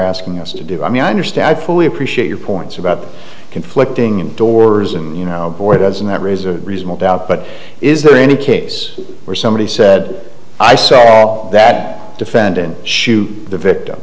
asking us to do i mean i understand i fully appreciate your points about the conflicting indoors and you know boy doesn't that raise a reasonable doubt but is there any case where somebody said i saw that defendant shoot the victim